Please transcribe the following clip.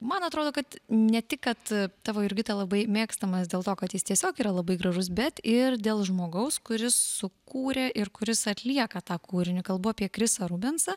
man atrodo kad ne tik kad tavo jurgita labai mėgstamas dėl to kad jis tiesiog yra labai gražus bet ir dėl žmogaus kuris sukūrė ir kuris atlieka tą kūrinį kalbu apie krisą rubensą